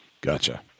Gotcha